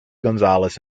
gonzales